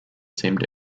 seemed